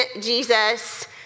Jesus